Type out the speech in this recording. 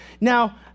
Now